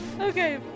Okay